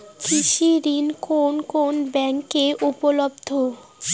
কৃষি ঋণ কোন কোন ব্যাংকে উপলব্ধ?